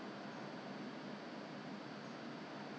err 有 lah 有买 lah 有没有用是另外一回事 lah